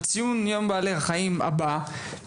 בציון יום בעלי החיים הבא.